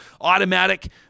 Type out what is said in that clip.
automatic